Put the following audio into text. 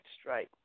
strike